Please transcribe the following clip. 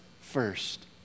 first